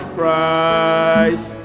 Christ